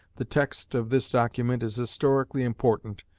the text of this document is historically important,